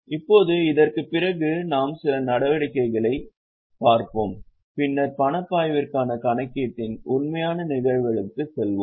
இப்போது இதற்குப் பிறகு நாம் சில வடிவங்களைப் பார்ப்போம் பின்னர் பணப்பாய்விற்கான கணக்கீட்டின் உண்மையான நிகழ்வுகளுக்கு செல்வோம்